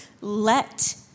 let